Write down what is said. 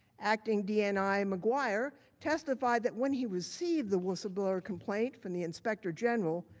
acting dni mcguire testified that when he received the whistleblower complaint from the inspector general,